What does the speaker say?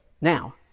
Now